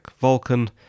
Vulcan